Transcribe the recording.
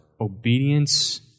obedience